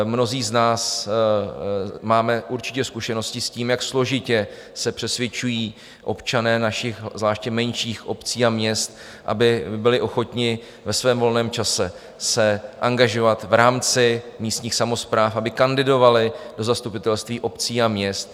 Mnozí z nás máme určitě zkušenosti s tím, jak složitě se přesvědčují občané našich, zvláště menších obcí a měst, aby byli ochotni ve svém volném čase se angažovat v rámci místních samospráv, aby kandidovali do zastupitelství obcí a měst.